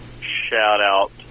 Shout-out